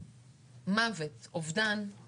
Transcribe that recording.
מוות, אובדן זה הוא